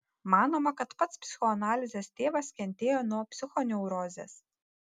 manoma kad pats psichoanalizės tėvas kentėjo nuo psichoneurozės